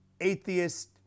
atheist